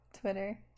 Twitter